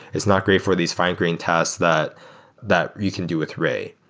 it's not great for these fine-grained tasks that that you can do with ray.